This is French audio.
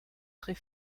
très